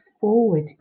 forward